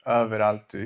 överallt